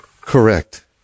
correct